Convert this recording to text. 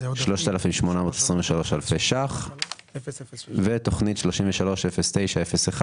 3,823 אלפי ₪ ותכנית 33-09-01